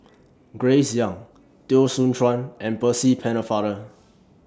Grace Young Teo Soon Chuan and Percy Pennefather